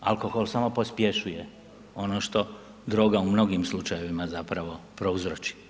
Alkohol samo pospješuje ono što droga u mnogim slučajevima zapravo prouzroči.